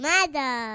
Mother